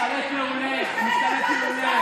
לכן, השופט גרוניס לא רצה אותה.